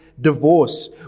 Divorce